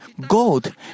gold